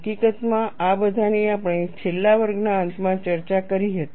હકીકતમાં આ બધાની આપણે છેલ્લા વર્ગના અંત માં ચર્ચા કરી હતી